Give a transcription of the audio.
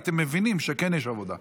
הייתם מבינים שיש עבודה,